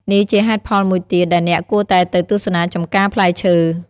នេះជាហេតុផលមួយទៀតដែលអ្នកគួរតែទៅទស្សនាចម្ការផ្លែឈើ។